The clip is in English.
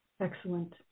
Excellent